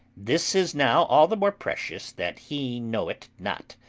this is now all the more precious that he know it not,